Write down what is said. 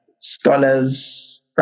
scholars